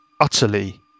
utterly